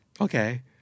Okay